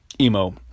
Emo